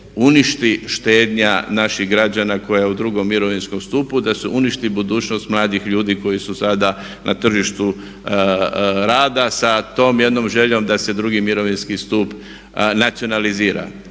uništi štednja naših građana koja je u drugom mirovinskom stupu, da se uništi budućnost mladih ljudi koji su sada na tržištu rada sa tom jednom željom da se drugi mirovinski stup nacionalizira.